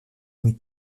nuit